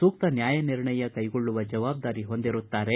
ಸೂಕ್ತ ನ್ಯಾಯ ನಿರ್ಣಯ ಕೈಗೊಳ್ಳುವ ಜವಾಬ್ದಾರಿ ಹೊಂದಿರುತ್ತಾರೆ